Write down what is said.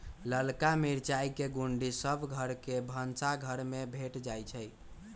ललका मिरचाई के गुण्डी सभ घर के भनसाघर में भेंट जाइ छइ